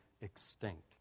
extinct